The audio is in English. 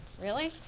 really?